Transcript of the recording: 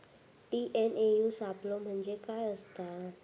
TNAU सापलो म्हणजे काय असतां?